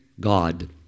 God